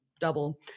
double